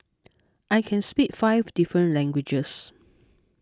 I can speak five different languages